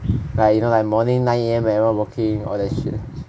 like you know morning nine A_M like everyone working all that shit